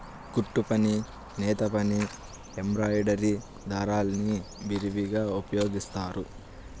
కుట్టుపని, నేతపని, ఎంబ్రాయిడరీలో దారాల్ని విరివిగా ఉపయోగిస్తారు